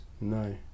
No